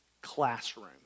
Classroom